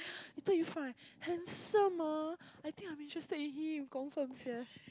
later you find handsome ah I think I'm interested in him confirm sia